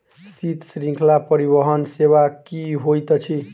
शीत श्रृंखला परिवहन सेवा की होइत अछि?